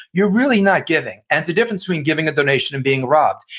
you're really not giving and it's a difference between giving a donation and being robed.